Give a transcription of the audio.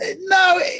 no